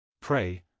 Pray